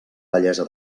bellesa